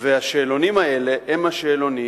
והשאלונים האלה הם השאלונים